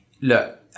Look